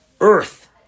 earth